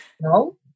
No